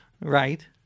right